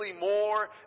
more